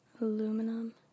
Aluminum